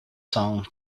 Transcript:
song